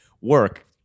work